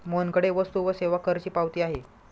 मोहनकडे वस्तू व सेवा करची पावती आहे